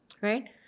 right